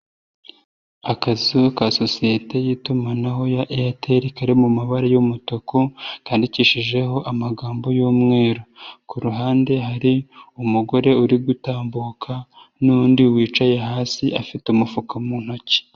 Akazu ka sosiyete y'itumanaho ya Eyateri kari mu mabara y'umutuku kandikishijeho amagambo y'umweru. Kuruhande hari umugore uri gutambuka n'undi wicaye hasi afite umufuka mu ntoki.